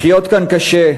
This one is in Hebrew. לחיות כאן קשה,